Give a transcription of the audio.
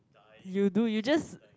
you do you just